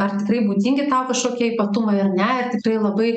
ar tikrai būdingi tau kažkokie ypatumai ar ne ir tikrai labai